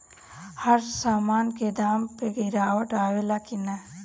हर सामन के दाम मे गीरावट आवेला कि न?